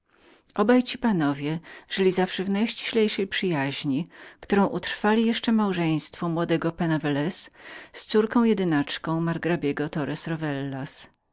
ci panowie żyli zawsze w najściślejszej przyjaźni którą ustali jeszcze małżeństwo młodego penna velez z córką jedynaczką margrabiego